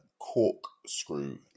corkscrew